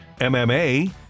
MMA